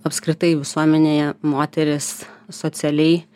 apskritai visuomenėje moterys socialiai